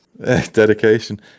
Dedication